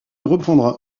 reprendra